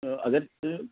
اگر ژٕ